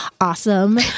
awesome